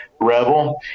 Rebel